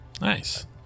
Nice